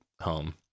Home